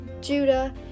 judah